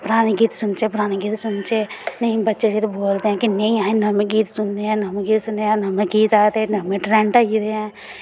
पराने गीत सुनचै पराने गीत सुनचै हून बच्चे जियां बोलदे की नेईं असें नमें गीत सुन्ने नमें गीत सुनने कि नमें गीत आई गेदे नमें ट्रेंड आई गेदे ऐं